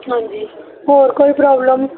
ਹਾਂਜੀ ਹੋਰ ਕੋਈ ਪ੍ਰੋਬਲਮ